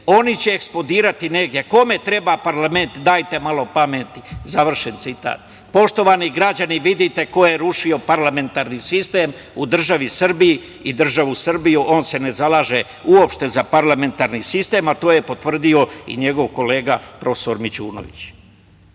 oni će eksplodirati negde. A kome treba parlament, dajte malo pameti.“ Završen citat. Poštovani građani, vidite ko je rušio parlamentarni sistem u državi Srbiji i državu Srbiju. On se ne zalaže uopšte za parlamentarni sistem, a to je potvrdio i njegov kolega stranački,